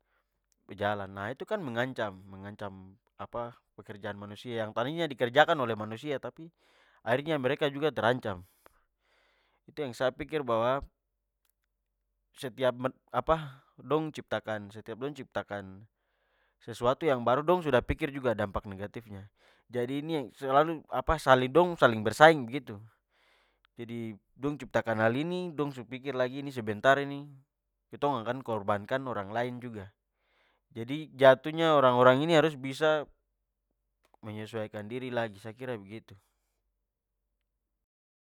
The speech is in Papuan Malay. De pu jalan, nah itu kan mengancam mengancam- apa pekerjaan manusia. Yang tadinya kerjakan oleh manusia tapi, akhirnya mereka juga terancam. Itu yang sa pikir bahwa setiap apa, dong ciptakan setiap dong ciptakan- sesuatu yang baru dong sudah pikir juga dampak negatifnya. Jadi, ini yang selalu apa dong saling bersaing begitu. Jadi, dong ciptakan hal ini, dong su pikir lagi, ini sebentar ini ketong akan korbankan orang lain juga. Jadi, jatuhnya orang-orang ini harus bisa menyesuaikan diri lagi. Sa kira begitu.